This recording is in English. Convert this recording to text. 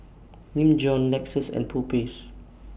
Nin Jiom Lexus and Popeyes